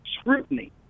scrutiny